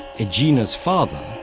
aegina's father,